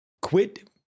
quit